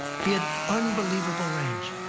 he had unbelievable range.